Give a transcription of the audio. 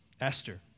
Esther